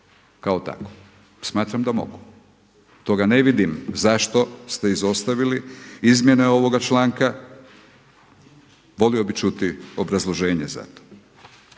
kao takvo? Smatram da mogu. Zbog toga ne vidim zašto ste izostavili izmjene ovoga članstva, volio bih čuti obrazloženje za to.